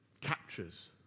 captures